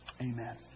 Amen